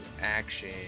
action